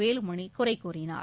வேலுமணிகுறைகூறினார்